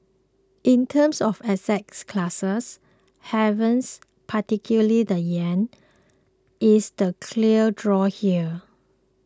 in terms of assets classes havens particularly the yen is the clear draw here